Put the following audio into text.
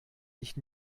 nicht